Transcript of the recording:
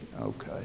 Okay